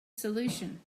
solution